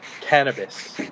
Cannabis